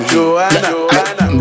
Joanna